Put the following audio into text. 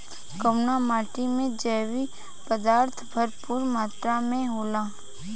कउना माटी मे जैव पदार्थ भरपूर मात्रा में होला?